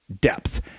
depth